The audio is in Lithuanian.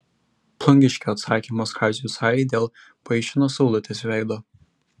plungiškio atsakymas kaziui sajai dėl paišino saulutės veido